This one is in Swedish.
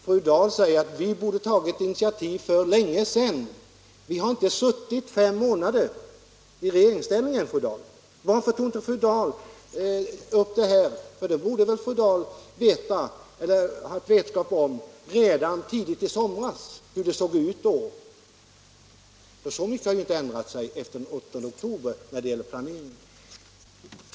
Fru Dahl säger att vi borde tagit initiativ för länge sedan. Men vi har inte suttit fem månader i regeringsställning ännu, fru Dahl. Varför tog inte fru Dahl upp den här frågan tidigare? Fru Dahl borde väl redan tidigt i somras haft vetskap om hur situationen var. Så mycket har inte ändrat sig efter den 8 oktober när det gäller planeringen.